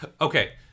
okay